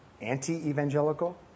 anti-evangelical